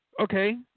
Okay